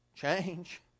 change